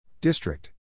District